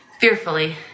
Fearfully